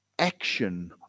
action